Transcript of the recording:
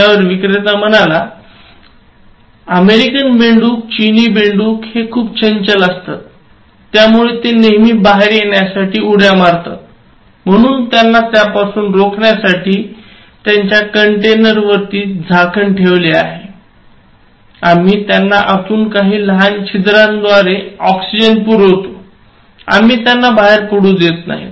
यावर विक्रेता म्हणाला अमेरिकन बेडूक चिनी बेडूक हे खूप चंचल असतात त्यामुळे ते नेहमी बाहेर येण्यासाठी उड्या मारतात म्हणून त्यांना त्यापासून रोखण्यासाठी त्यांच्या कंटेनर वरती झाकण ठेवले आहेआम्ही त्यांना आतून काही लहान छिद्रांद्वारे ऑक्सिजन पुरवतो परंतु आम्ही त्यांना बाहेर पडू देत नाही